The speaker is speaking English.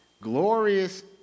Glorious